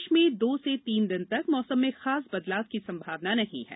प्रदेश में दो से तीन दिन तक मौसम में खास बदलाव की संभावना नहीं है